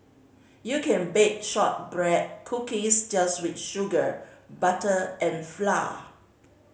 you can bake shortbread cookies just with sugar butter and flour